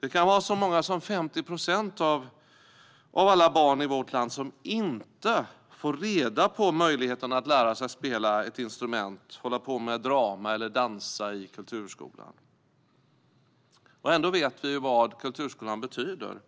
Det kan vara så många som 50 procent av alla barn i vårt land som inte får reda på möjligheten att lära sig spela ett instrument, hålla på med drama eller dansa i kulturskolan. Ändå vet vi vad kulturskolan betyder.